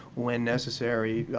when necessary,